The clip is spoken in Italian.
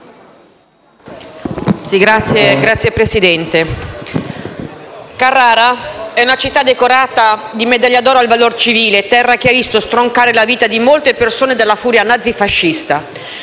Signor Presidente, Carrara è una città decorata di medaglia d'oro al valor civile, terra che ha visto stroncare la vita di molte persone dalla furia nazi-fascista,